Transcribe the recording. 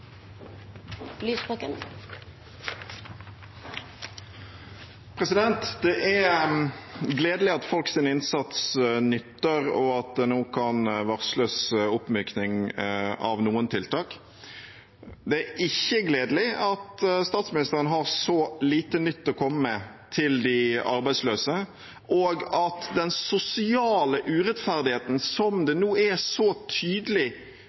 gledelig at folks innsats nytter, og at det nå kan varsles oppmykning av noen tiltak. Det er ikke gledelig at statsministeren har så lite nytt å komme med til de arbeidsløse, og at den sosiale urettferdigheten, som nå så tydelig